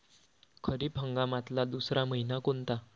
खरीप हंगामातला दुसरा मइना कोनता?